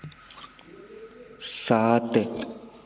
सात